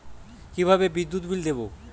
কিভাবে বিদ্যুৎ বিল দেবো?